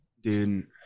dude